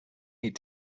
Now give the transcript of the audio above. eat